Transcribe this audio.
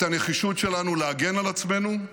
את הנחישות שלנו להגן על עצמנו,